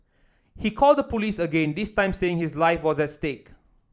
he called the police again this time saying his life was at stake